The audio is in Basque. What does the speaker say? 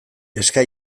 eska